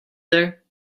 there